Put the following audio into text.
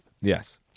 Yes